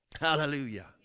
Hallelujah